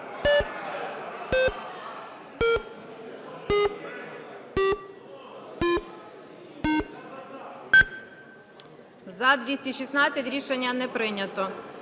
За-219 Рішення не прийнято.